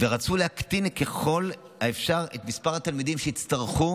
ורצו להקטין ככל האפשר את מספר התלמידים שיצטרכו